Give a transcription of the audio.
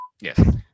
Yes